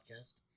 Podcast